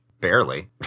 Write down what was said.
barely